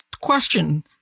question